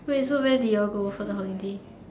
wait so where did y'all go for the holiday